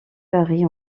varie